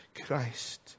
Christ